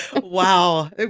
wow